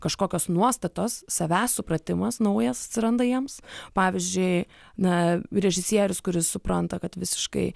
kažkokios nuostatos savęs supratimas naujas atsiranda jiems pavyzdžiui na režisierius kuris supranta kad visiškai